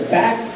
back